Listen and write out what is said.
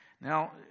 Now